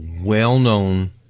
well-known